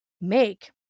make